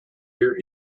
your